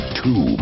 two